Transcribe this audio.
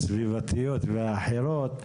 הסביבתיות והאחרות,